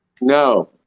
no